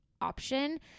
option